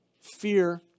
fear